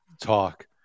talk